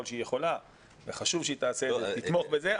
שהיא יכולה וחשוב שהיא תעשה את זה ותתמוך בזה,